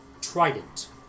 trident